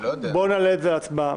בואו נעלה את זה להצבעה.